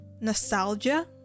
nostalgia